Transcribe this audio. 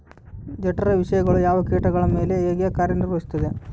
ಜಠರ ವಿಷಯಗಳು ಯಾವ ಕೇಟಗಳ ಮೇಲೆ ಹೇಗೆ ಕಾರ್ಯ ನಿರ್ವಹಿಸುತ್ತದೆ?